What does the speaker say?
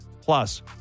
plus